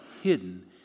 hidden